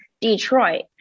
Detroit